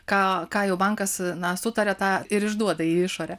ką ką jau bankas na sutaria tą ir išduoda į išorę